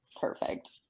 perfect